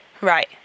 Right